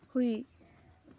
ꯍꯨꯏ